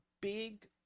big